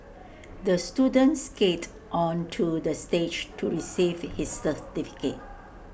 the student skated onto the stage to receive his certificate